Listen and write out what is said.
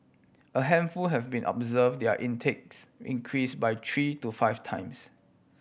a handful have even observe their intakes increase by three to five times